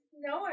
No